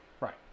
Right